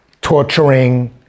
torturing